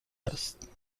است